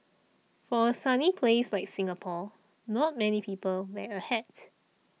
for a sunny place like Singapore not many people wear a hat